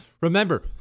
remember